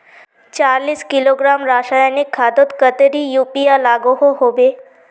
चालीस किलोग्राम रासायनिक खादोत कतेरी यूरिया लागोहो होबे?